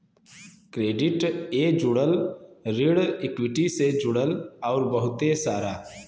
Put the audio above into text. credit ए जुड़ल, ऋण इक्वीटी से जुड़ल अउर बहुते सारा